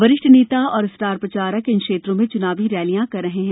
वरिष्ठ नेता और स्टार प्रचारक इन क्षेत्रों में चुनावी रैलियां कर रहे हैं